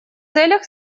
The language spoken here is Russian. целях